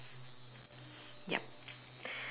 yup